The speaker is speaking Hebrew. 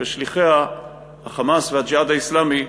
ששליחיה ה"חמאס" ו"הג'יהאד האסלאמי"